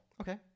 Okay